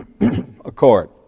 accord